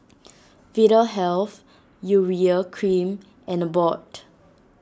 Vitahealth Urea Cream and Abbott